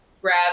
grab